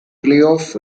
playoff